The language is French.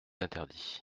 interdit